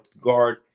guard